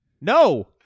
No